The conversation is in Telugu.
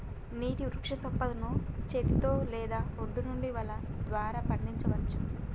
నీటి వృక్షసంపదను చేతితో లేదా ఒడ్డు నుండి వల ద్వారా పండించచ్చు